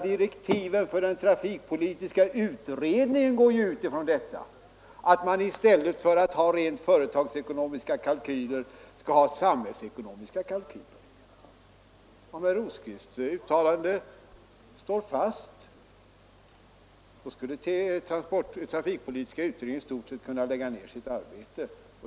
Direktiven för den trafikpolitiska utredningen går dock ut från att man i stället för att ha rent företagsekonomiska kalkyler skall ha samhällsekonomiska kalkyler. Om herr Rosqvists uttalande står fast skulle det innebära att trafikpolitiska utredningen i stort sett kunde lägga ned sitt arbete.